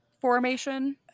formation